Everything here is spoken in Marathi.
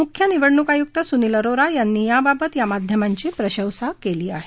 मुख्य निवडणूक आयुक्त सुनील अरोरा यांनी याबाबत या माध्यमांची प्रशंसा केली आहे